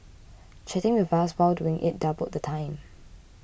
chatting with us while doing it doubled the time